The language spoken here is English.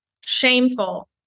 shameful